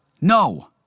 No